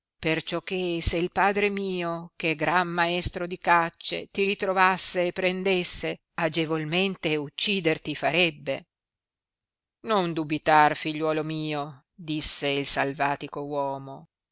senta perciò che se il padre mio eh è gran maestro di caccie ti ritrovasse e prendesse agevolmente ucciderti farebbe non dubitar figliuolo mio disse il salvatico uomo